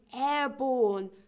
airborne